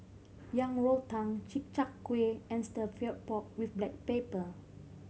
Yang Rou Tang Chi Kak Kuih and stir pork with black pepper